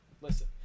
listen